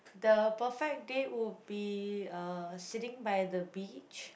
the perfect day would be uh sitting by the beach